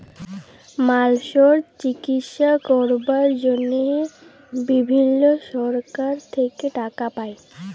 মালসর চিকিশসা ক্যরবার জনহে বিভিল্ল্য সরকার থেক্যে টাকা পায়